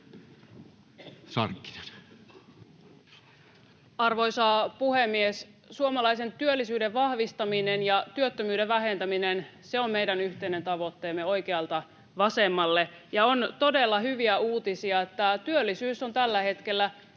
Arvoisa puhemies! Suomalaisen työllisyyden vahvistaminen ja työttömyyden vähentäminen on meidän yhteinen tavoitteemme oikealta vasemmalle. Ja on todella hyviä uutisia, että työllisyys on tällä hetkellä